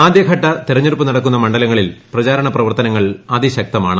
ആദ്യഘട്ട തെരഞ്ഞെടുപ്പ് നടക്കുന്ന മണ്ഡലങ്ങളിൽ പ്രചാരണ പ്രവർത്തനങ്ങൾ അതിശക്തമാണ്